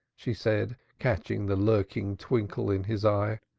she said, catching the lurking twinkle in his eye.